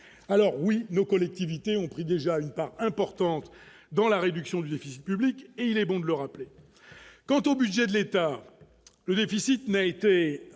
alors oui, nos collectivités ont pris déjà une part importante dans la réduction du déficit public et il est bon de le rappeler, quant au budget de l'État, le déficit mais a été